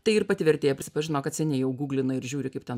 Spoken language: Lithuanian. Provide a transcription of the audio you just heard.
tai ir pati vertėja pripažino kad seniai jau guglina ir žiūri kaip ten